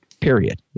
Period